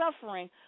suffering